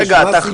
רגע,